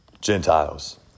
Gentiles